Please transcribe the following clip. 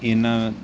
ਇਹਨਾਂ